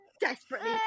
desperately